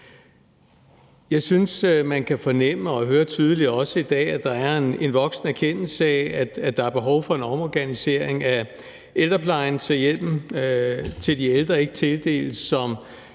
Jeg synes, at man kan fornemme og høre tydeligt også i dag, at der er en voksende erkendelse af, at der er behov for en omorganisering af ældreplejen, så hjælpen til de ældre ikke tildeles som